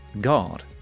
God